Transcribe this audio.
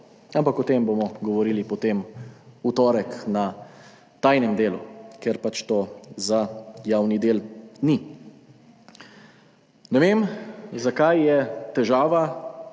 Ampak o tem bomo govorili potem v torek na tajnem delu, ker to pač ni za javni del. Ne vem, zakaj je težava,